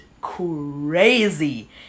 crazy